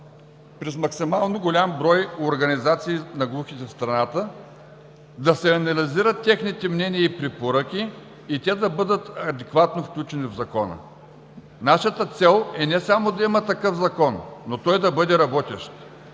през максимално голям брой организации на глухите в страната, да се анализират техните мнения и препоръки и те да бъдат адекватно включени в Закона. Нашата цел е не само да има такъв Закон, но той да бъде работещ.